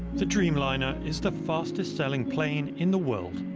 the dreamliner is the fastest-selling plane in the world.